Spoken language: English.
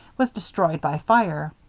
was destroyed by fire.